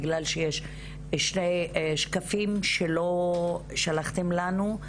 בגלל שיש שני שקפים שלא שלחתם לנו,